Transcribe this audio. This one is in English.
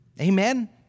Amen